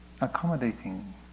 accommodating